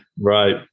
Right